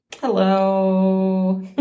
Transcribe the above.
Hello